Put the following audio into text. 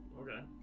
okay